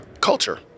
culture